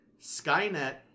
Skynet